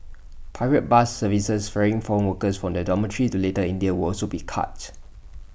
private bus services ferrying foreign workers from their dormitories to little India will also be cut